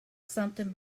something